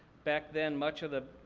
back then, much of the